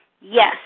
Yes